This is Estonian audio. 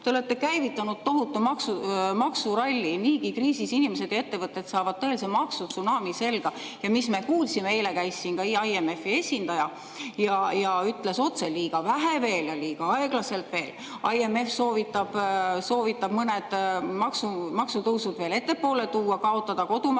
olete käivitanud tohutu maksuralli. Niigi kriisis inimesed ja ettevõtted saavad tõelise maksutsunami selga. Ja mis me veel kuulsime? Eile käis siin IMF-i esindaja ja ütles otse: liiga vähe veel, liiga aeglaselt veel. IMF soovitab mõned maksutõusud ettepoole tuua, kaotada kodualuse